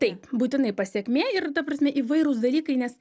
taip būtinai pasekmė ir ta prasme įvairūs dalykai nes